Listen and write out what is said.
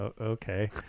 okay